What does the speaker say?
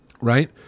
right